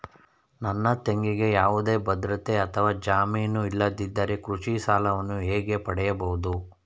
ನನ್ನ ತಂಗಿಗೆ ಯಾವುದೇ ಭದ್ರತೆ ಅಥವಾ ಜಾಮೀನು ಇಲ್ಲದಿದ್ದರೆ ಕೃಷಿ ಸಾಲವನ್ನು ಹೇಗೆ ಪಡೆಯಬಹುದು?